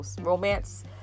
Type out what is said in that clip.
romance